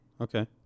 okay